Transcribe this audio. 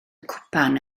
cwpan